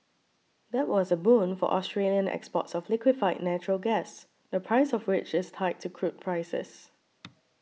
that was a boon for Australian exports of liquefied natural gas the price of which is tied to crude prices